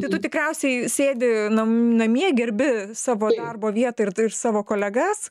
tai tu tikriausiai sėdi nam namie gerbi savo darbo vietą ir savo kolegas